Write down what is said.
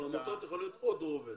העמותות יכולות להוות עוד רובד.